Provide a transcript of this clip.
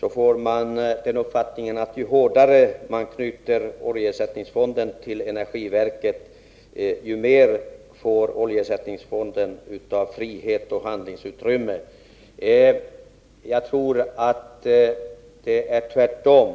får man den uppfattningen att ju hårdare man knyter oljeersättningsfonden till energiverket, desto mer får oljeersättningsfonden av frihet och handlingsutrymme. Jag tror att det är tvärtom.